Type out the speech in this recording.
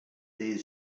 dei